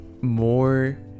more